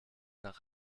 nach